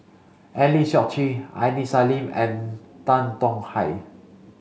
Eng Lee Seok Chee Aini Salim and Tan Tong Hye